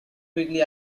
quickly